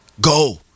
Go